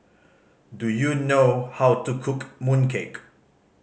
do you know how to cook mooncake